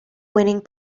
winning